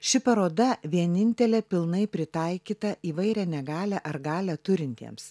ši paroda vienintelė pilnai pritaikyta įvairią negalią ar galią turintiems